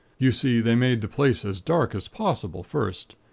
you see, they made the place as dark as possible, first.